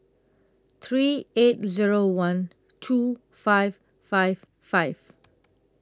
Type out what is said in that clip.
three eight Zero one two five five five